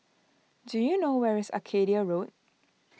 do you know where is Arcadia Road